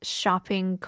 shopping